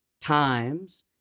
times